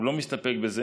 הוא לא מסתפק בזה.